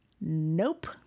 Nope